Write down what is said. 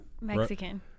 Mexican